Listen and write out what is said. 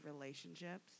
relationships